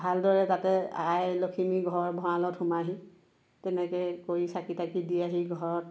ভালদৰে যাতে আই লখিমী ঘৰ ভঁৰালত সোমাইহি তেনেকে কৰি চাকি তাকি দিয়েহি ঘৰত